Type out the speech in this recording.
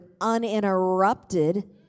uninterrupted